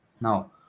Now